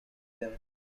them